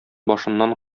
башыннан